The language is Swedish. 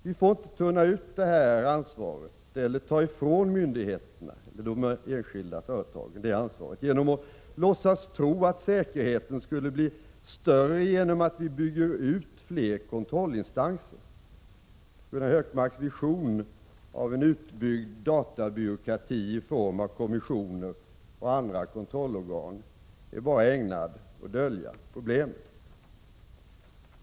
Vi får inte tunna ut det ansvaret eller ta det ifrån myndigheterna eller de enskilda företagen genom att låtsas tro att säkerheten skulle bli större om vi byggde ut fler kontrollinstanser. Gunnar Hökmarks vision av en utbyggd databyråkrati i form av kommissioner och andra kontrollorgan är bara ägnad att dölja problemen.